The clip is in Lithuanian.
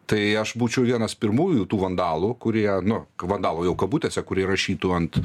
tai aš būčiau vienas pirmųjų tų vandalų kurie nu vandalų jau kabutėse kurie rašytų ant